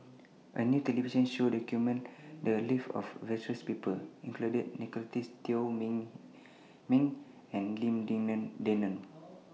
A New television Show documented The Lives of various People including Nicolette's Teo Min Min and Lim Denan Denon